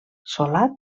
salat